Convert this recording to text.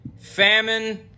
famine